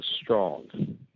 strong